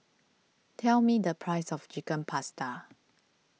tell me the price of Chicken Pasta